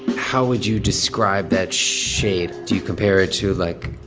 how would you describe that shade? do you compare it to, like,